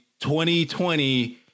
2020